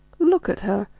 look at her,